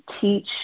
teach